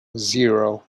zero